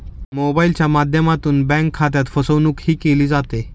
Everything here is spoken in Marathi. मोबाइलच्या माध्यमातून बँक खात्यात फसवणूकही केली जाते